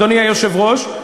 אדוני היושב-ראש,